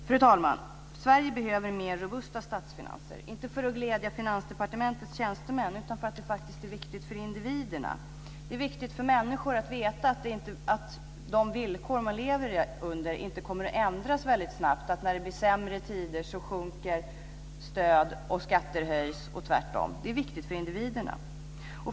För det första behöver Sverige mer robusta statsfinanser, inte för att glädja Finansdepartementets tjänstemän utan för att det faktiskt är viktigt för individerna. Det är viktigt för människor att veta att de villkor de lever under inte kommer att ändras väldigt snabbt, så att det när det blir sämre tider blir så att stöden sjunker och skatterna höjs och vice versa.